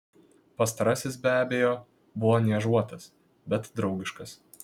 pastarasis be abejo buvo niežuotas bet draugiškas